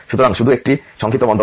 সুতরাং শুধু একটি সংক্ষিপ্ত মন্তব্য